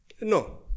No